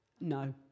No